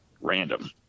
random